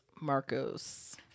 Marcos